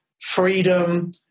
freedom